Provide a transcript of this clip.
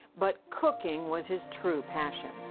but cooking was his true passion.